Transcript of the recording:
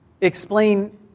explain